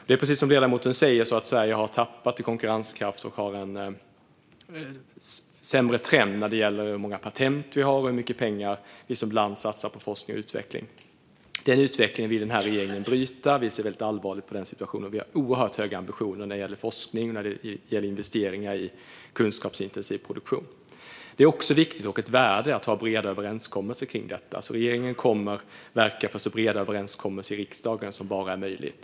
Det är precis som ledamoten säger så att Sverige har tappat i konkurrenskraft och att trenden är sämre när det gäller hur många patent vi har och hur mycket pengar vi som land satsar på forskning och utveckling. Den utvecklingen vill den här regeringen bryta. Vi ser väldigt allvarligt på situationen och har oerhört höga ambitioner när det gäller forskning och investeringar i kunskapsintensiv produktion. Det är också viktigt och ett värde i sig att ha breda överenskommelser kring detta. Regeringen kommer att verka för så breda överenskommelser i riksdagen som det bara är möjligt.